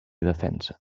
defensa